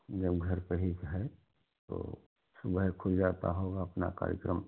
जब घर पर ही है तो सुबह खुल जाता होगा अपना कार्यक्रम